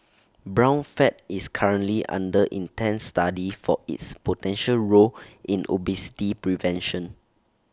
brown fat is currently under intense study for its potential role in obesity prevention